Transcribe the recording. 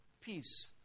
peace